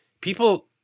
people